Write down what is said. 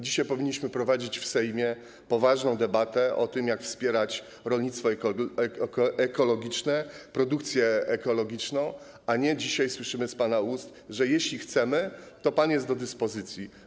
Dzisiaj powinniśmy prowadzić w Sejmie poważną debatę o tym, jak wspierać rolnictwo ekologiczne, produkcję ekologiczną, a tymczasem dzisiaj słyszymy z pana ust, że jeśli chcemy, to pan jest do dyspozycji.